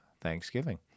Thanksgiving